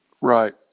Right